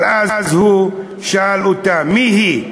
אבל אז הוא שאל אותה מי היא.